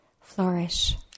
flourish